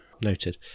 Noted